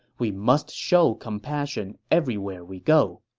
we must show compassion everywhere we go.